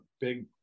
big